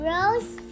Rose